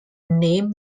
name